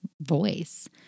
voice